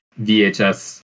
VHS